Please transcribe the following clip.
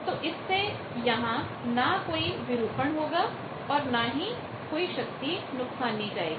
तो इससे यहां ना कोई विरूपण distortionडिस्टॉरशन होगा और ना ही कोई शक्ति नुकसानी जाएगी